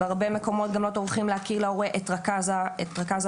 בהרבה מקומות גם לא טורחים להכיר להורה את רכז ההכלה,